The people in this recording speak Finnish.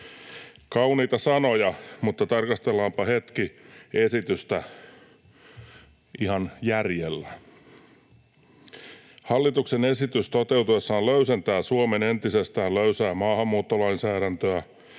Kauniita sanoja, mutta tarkastellaanpa hetki esitystä ihan järjellä. Hallituksen esitys toteutuessaan löysentää Suomen entisestään löysää maahanmuuttolainsäädäntöä.